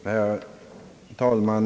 Herr talman!